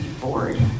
bored